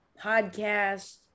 Podcast